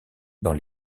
dans